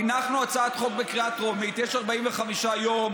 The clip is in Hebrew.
הנחנו הצעת חוק בקריאה טרומית, יש 45 יום,